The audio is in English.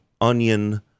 onion